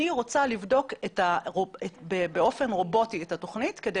אני רוצה לבדוק באופן רובוטי את התוכנית כדי